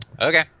Okay